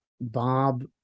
Bob